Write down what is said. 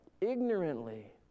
ignorantly